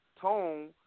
tone